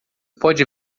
pode